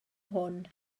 hwn